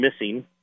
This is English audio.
missing